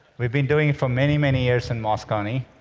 we've been doing it for many, many years in moscone,